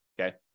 Okay